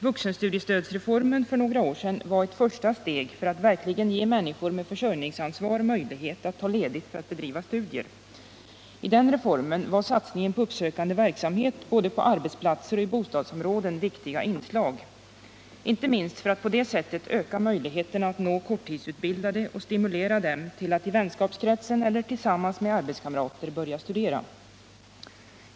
Vuxenstudiestödsreformen för några år sedan var ett första steg för att verkligen ge människor med försörjningsansvar möjlighet att ta ledigt för att bedriva studier. I den reformen var satsningen på uppsökande verksamhet, både på arbetsplatser och i bostadsområden, viktiga inslag — inte minst för att på det sättet öka möjligheterna att nå korttidsutbildade och stimulera dem till att i vänkretsen tillsammans med arbetskamrater börja studera.